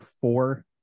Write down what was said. four